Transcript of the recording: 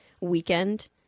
weekend